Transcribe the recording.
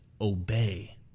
obey